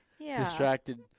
distracted